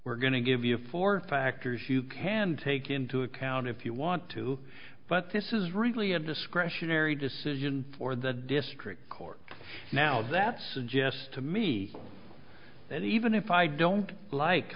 we're going to give you four factors you can take into account if you want to but this is really a discretionary decision for the district court now that suggests to me that even if i don't like